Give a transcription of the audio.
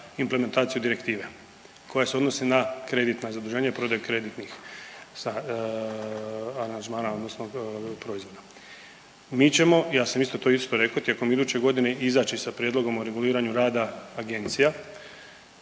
implementaciju direktive koja se odnosi na kreditna zaduženja i prodaju kreditnih aranžmana odnosno proizvoda. Mi ćemo, ja sam isto to isto rekao tijekom iduće godine izaći sa prijedlogom o reguliranju rada agencija